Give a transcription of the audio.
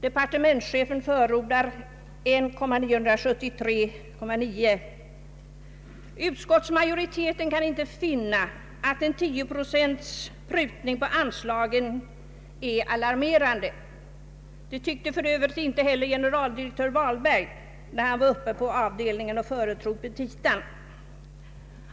Departementschefen förordar 1973 900 000. Utskottsmajoriteten kan inte finna att 10 procents prutning på anslagen är alarmerande. Det tyckte för övrigt inte heller generaldirektör Vahlberg, när han var uppe på avdelningen och föredrog petitan.